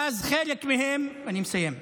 ואז חלק מהם, אני מסיים,